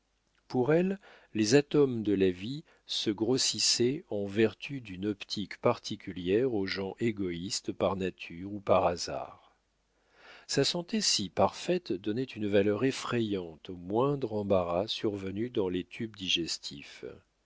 pour elle les atomes de la vie se grossissaient en vertu d'une optique particulière aux gens égoïstes par nature ou par hasard sa santé si parfaite donnait une valeur effrayante au moindre embarras survenu dans les tubes digestifs